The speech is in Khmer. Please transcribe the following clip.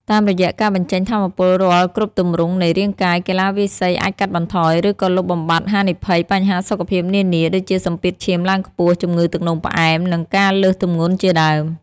តាមរយៈការបញ្ចេញថាមពលរាល់គ្រប់ទម្រង់នៃរាងកាយ កីឡាវាយសីអាចកាត់បន្ថយ ឬក៏លុបបំបាត់ហានិភ័យបញ្ហាសុខភាពនានា ដូចជាសម្ពាធឈាមឡើងខ្ពស់ ជំងឺទឹកនោមផ្អែម និងការលើសទម្ងន់ជាដើម។